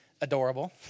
adorable